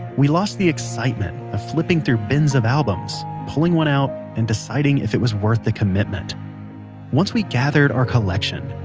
we lost the excitement of flipping through bins of albums, pulling one out and deciding if it was worth the commitment once we gathered our collection,